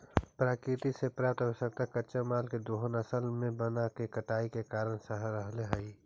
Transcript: प्रकृति से प्राप्त आवश्यक कच्चा माल के दोहन असल में वन के कटाई के कारण बन रहले हई